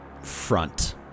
front